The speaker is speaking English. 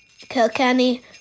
Kilkenny